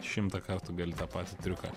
šimtą kartų gali tą patį triuką